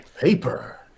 Paper